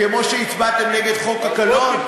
כמו שהצבעתם נגד חוק הקלון?